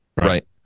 Right